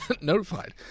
notified